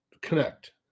connect